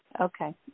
Okay